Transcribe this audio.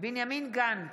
בנימין גנץ,